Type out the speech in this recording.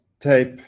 tape